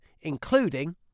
including